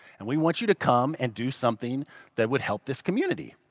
and we want you to come and do something that would help this community.